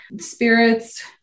spirits